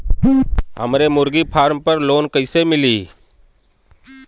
हमरे मुर्गी फार्म पर लोन कइसे मिली?